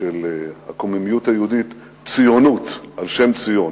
של הקוממיות היהודית "ציונות", על-שם ציון.